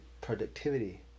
productivity